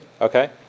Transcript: Okay